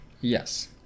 Yes